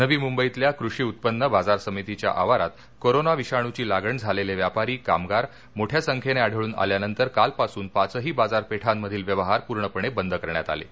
नवी मुंबईतल्या कृषी उत्पन्न बाजार समितीच्या आवारात कोरोना विषाणूची लागण झालेले व्यापारी कामगार मोठय़ा संख्येने आढळून आल्यानंतर कालपासून पाचही बाजारपेठांमधील व्यवहार पूर्णपणे बंद करण्यात आले आहेत